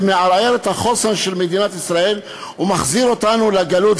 זה מערער את החוסן של מדינת ישראל ומחזיר אותנו לגלות.